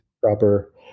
proper